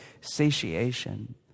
satiation